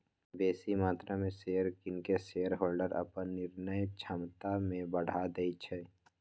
बेशी मत्रा में शेयर किन कऽ शेरहोल्डर अप्पन निर्णय क्षमता में बढ़ा देइ छै